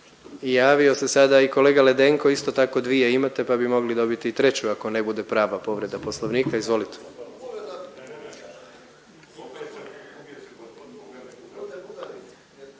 Javio se sada i kolega Ledenko, isto tako dvije imate pa bi mogli dobiti i treću ako ne bude prava povreda Poslovnika. Izvolite.